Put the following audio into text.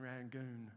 Rangoon